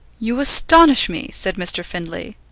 you astonish me, said mr. findlay.